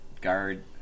guard